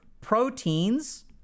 proteins